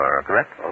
correct